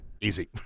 Easy